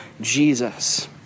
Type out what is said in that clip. Jesus